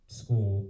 school